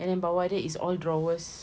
and then bawah dia is all drawers